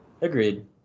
Agreed